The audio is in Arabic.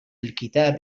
الكتاب